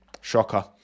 shocker